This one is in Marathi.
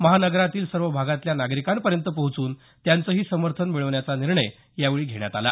महानगरातील सर्व भागातल्या नागरिकांपर्यंत पोहचून त्यांचंही समर्थन मिळविण्याचा निर्णय यावेळी घेण्यात आला